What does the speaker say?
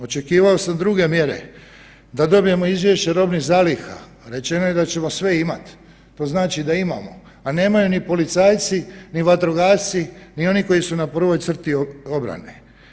Očekivao sam druge mjere, da dobijemo izvješće robnih zaliha, rečeno je da ćemo sve imati, to znači da imamo, a nemaju ni policajci, ni vatrogasci, ni oni koji su na prvoj crti obrane.